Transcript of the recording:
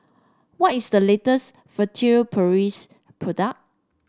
what is the latest Furtere Paris product